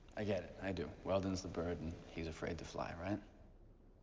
i get. i do. weldon is the bird, and he is afraid to fly, right?